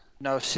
No